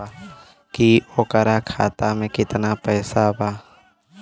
की ओकरा खाता मे कितना पैसा बा?